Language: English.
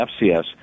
FCS